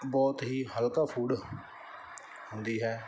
ਬਹੁਤ ਹੀ ਹਲਕਾ ਫੂਡ ਹੁੰਦੀ ਹੈ